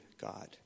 God